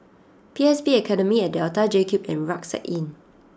P S B Academy at Delta JCube and Rucksack Inn